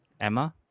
Emma